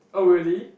oh really